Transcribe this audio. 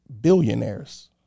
billionaires